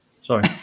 Sorry